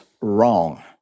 wrong